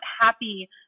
happy